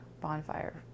bonfire